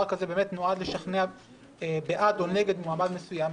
כזה נועד לשכנע בעד או נגד מועמד מסוים,